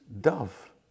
dove